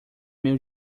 meu